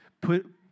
put